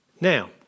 Now